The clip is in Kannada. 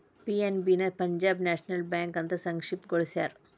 ಪಿ.ಎನ್.ಬಿ ನ ಪಂಜಾಬ್ ನ್ಯಾಷನಲ್ ಬ್ಯಾಂಕ್ ಅಂತ ಸಂಕ್ಷಿಪ್ತ ಗೊಳಸ್ಯಾರ